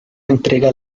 entrega